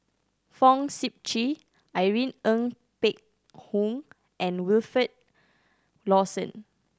Fong Sip Chee Irene Ng Phek Hoong and Wilfed Lawson